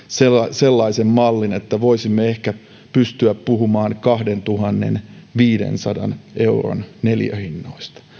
sellaisen mallin että voisimme ehkä pystyä puhumaan kahdentuhannenviidensadan euron neliöhinnoista